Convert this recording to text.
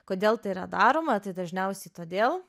kodėl tai yra daroma tai dažniausiai todėl